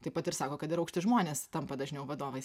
taip pat ir sako kad ir aukšti žmonės tampa dažniau vadovais